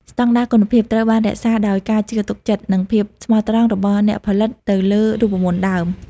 ស្តង់ដារគុណភាព ត្រូវបានរក្សាដោយការជឿទុកចិត្ត និងភាពស្មោះត្រង់របស់អ្នកផលិតទៅលើរូបមន្តដើម។